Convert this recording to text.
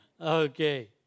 Okay